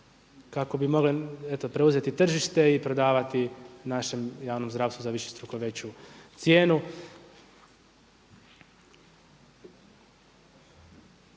kako bi mogle eto preuzeti tržište i prodavati našem javnom zdravstvu za višestruko veću cijenu.